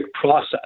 process